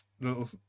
little